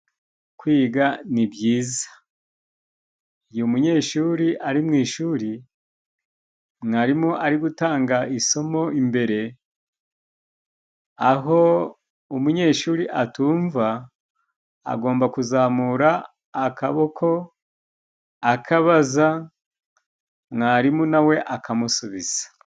Kwiga ni byiza. Igihe umunyeshuri ari mu ishuri, mwarimu ari gutanga isomo imbere aho umunyeshuri atumva ; agomba kuzamura akaboko, akabaza mwarimu , nawe akamusubiza.